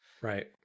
Right